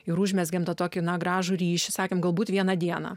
ir užmezgėme tą tokį gražų ryšį sakant galbūt vieną dieną